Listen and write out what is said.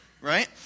right